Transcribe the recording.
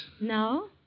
No